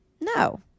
no